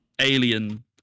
alien